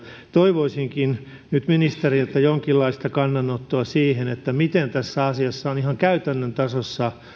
toivoisinkin nyt ministeriltä jonkinlaista kannanottoa siihen miten tässä asiassa on ihan käytännön tasolla